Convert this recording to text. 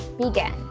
begin